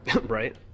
Right